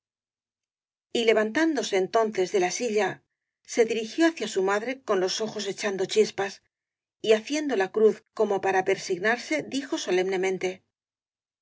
s y levantándose entonces de la silla se dirigió hacia su madre con los ojos echando chispas y haciendo la cruz como para persignarse dijo